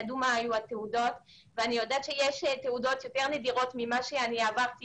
ידעו מה כתוב בתעודות ואני יודעת שיש תעודות יותר נדירות ממה שאני עברתי